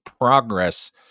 progress